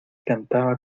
cantaba